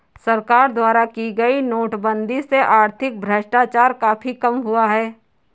सरकार द्वारा की गई नोटबंदी से आर्थिक भ्रष्टाचार काफी कम हुआ है